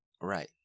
Right